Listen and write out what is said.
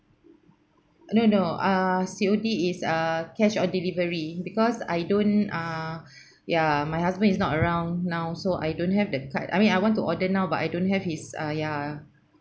no no ah C_O_D is uh cash on delivery because I don't ah ya my husband is not around now so I don't have the card I mean I want to order now but I don't have his uh ya